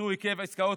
ביצעו היקף עסקאות